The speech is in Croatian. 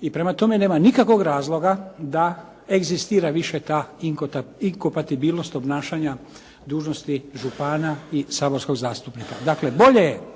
I prema tome nema nikakvog razloga da egzistira više ta inkompatibilnost obnašanja dužnosti župana i saborskog zastupnika. Dakle, bolje je